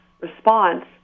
response